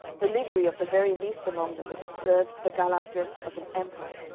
the livery of the very least among them would have served for the gala-dress of an emperor.